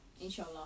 inshallah